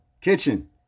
kitchen